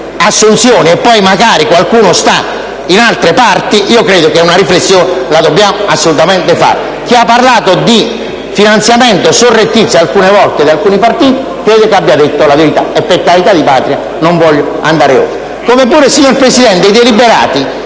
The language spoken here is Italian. assunzioni e poi magari qualcuno sta da altre parti, credo che una riflessione la dobbiamo assolutamente fare. Chi ha parlato di finanziamento surrettizio, alcune volte da parte di alcuni partiti, credo abbia detto la verità e, per carità di Patria, non voglio andare oltre. Lo stesso dicasi per i cosiddetti deliberati